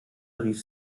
rief